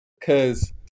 Cause